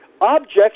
objects